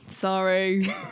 sorry